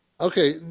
Okay